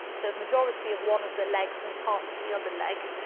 the majority of one of the legs, and part of the other leg.